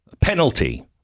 penalty